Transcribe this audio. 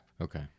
Okay